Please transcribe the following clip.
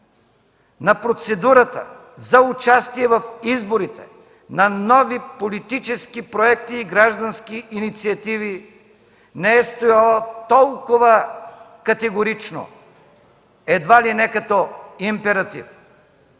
на процедурата за участие в изборите на нови политически проекти и граждански инициативи не е стояла толкова категорично, едва ли не като императив!